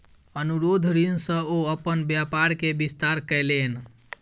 अनुरोध ऋण सॅ ओ अपन व्यापार के विस्तार कयलैन